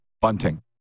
Bunting